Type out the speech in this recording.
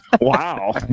Wow